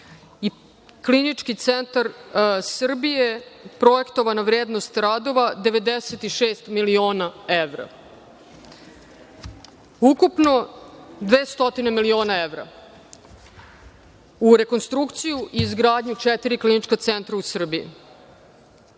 Klinički centar Srbije – projektovana vrednost radova je 96 miliona evra. To je ukupno 200 miliona evra. Rekonstrukcija i izgradnja četiri klinička centra u Srbiji,